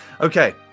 Okay